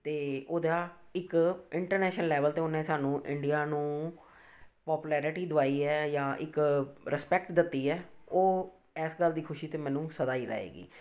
ਅਤੇ ਉਹਦਾ ਇੱਕ ਇੰਟਰਨੈਸ਼ਨਲ ਲੈਵਲ 'ਤੇ ਉਹਨੇ ਸਾਨੂੰ ਇੰਡੀਆ ਨੂੰ ਪੋਪਲੈਰਿਟੀ ਦਵਾਈ ਹੈ ਜਾਂ ਇੱਕ ਰਿਸਪੈਕਟ ਦਿੱਤੀ ਹੈ ਉਹ ਇਸ ਗੱਲ ਦੀ ਖੁਸ਼ੀ ਤਾਂ ਮੈਨੂੰ ਸਦਾ ਹੀ ਰਹੇਗੀ